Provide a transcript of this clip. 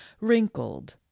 wrinkled